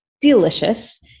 delicious